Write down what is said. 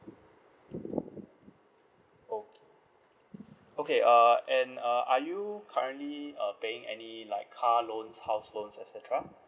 okay okay uh and uh are you currently uh paying any like car loans house loans et cetera